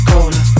Cola